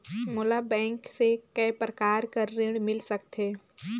मोला बैंक से काय प्रकार कर ऋण मिल सकथे?